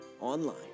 online